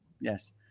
Yes